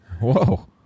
Whoa